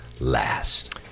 last